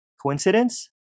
Coincidence